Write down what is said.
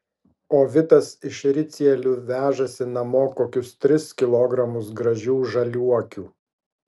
o vitas iš ricielių vežasi namo kokius tris kilogramus gražių žaliuokių